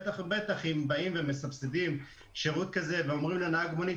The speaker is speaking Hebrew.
בטח ובטח אם באים ומסבסדים שירות כזה ואומרים לנהג מונית,